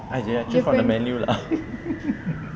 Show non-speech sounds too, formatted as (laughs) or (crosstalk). I choose from the menu lah (laughs)